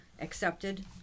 accepted